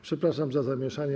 Przepraszam za zamieszanie.